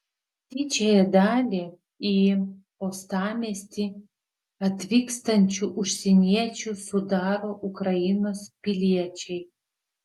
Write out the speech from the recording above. didžiąją dalį į uostamiestį atvykstančių užsieniečių sudaro ukrainos piliečiai